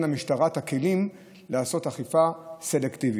למשטרה את הכלים לעשות אכיפה סלקטיבית.